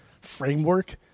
framework